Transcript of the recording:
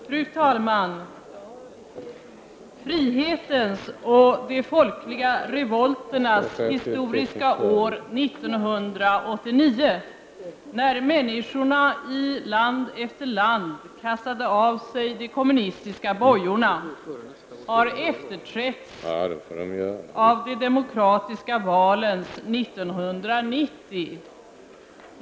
Fru talman! Frihetens och de folkliga revolternas historiska år 1989, när människorna i land efter land kastade av sig de kommunistiska bojorna, har efterträtts av de demokratiska valens 1990.